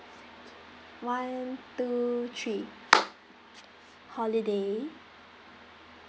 one two three holiday